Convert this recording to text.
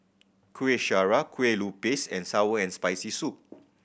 Kuih Syara Kueh Lupis and sour and Spicy Soup